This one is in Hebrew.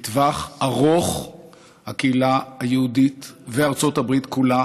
לטווח ארוך הקהילה היהודית וארצות הברית כולה